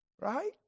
right